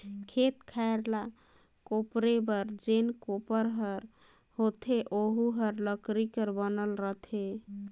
खेत खायर ल कोपरे बर जेन कोपर हर होथे ओहू हर लकरी कर बनल रहेल